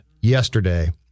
yesterday